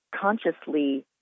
consciously